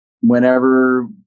whenever